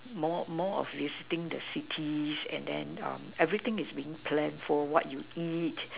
more more of visiting the cities and then um everything is being planned for what you eat